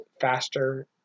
faster